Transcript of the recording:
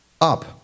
Up